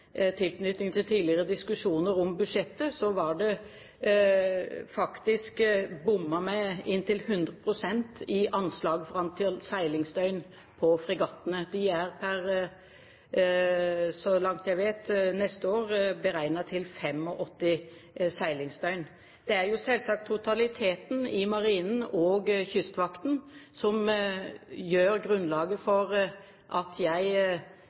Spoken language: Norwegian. tilknytning til tidligere diskusjoner om budsjettet, var det faktisk bommet med inntil 100 pst. i anslaget for antall seilingsdøgn på fregattene. De er, så langt jeg vet, neste år beregnet til 85 seilingsdøgn. Det er selvsagt totaliteten i Marinen og Kystvakten som er grunnlaget for at jeg